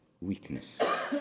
weakness